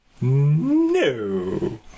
No